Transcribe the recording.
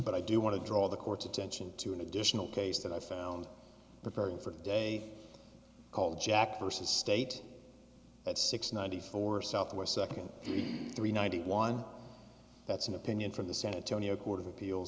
but i do want to draw the court's attention to an additional case that i found preparing for the day called jack versus state at six ninety four south where second three ninety one that's an opinion from the senate tonio court of appeals